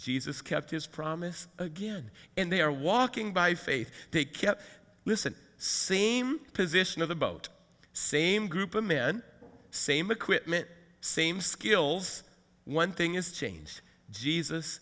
jesus kept his promise again and they are walking by faith they can listen same position of the boat same group i'm in same equipment same skills one thing is change jesus